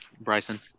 Bryson